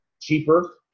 cheaper